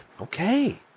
Okay